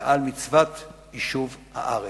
ועל מצוות יישוב הארץ.